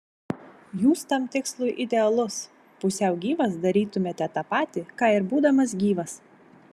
jūs tam tikslui idealus pusiau gyvas darytumėte tą patį ką ir būdamas gyvas